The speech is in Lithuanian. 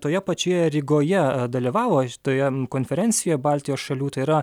toje pačioje rygoje dalyvavo šitoje konferencijoje baltijos šalių tai yra